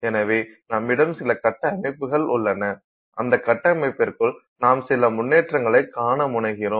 எனவே நம்மிடம் சில கட்டமைப்புகள் உள்ளன அந்த கட்டமைப்பிற்குள் நாம் சில முன்னேற்றங்களைப் காண முனைகிறோம்